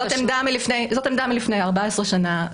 זאת עמדה מלפני 14 שנה.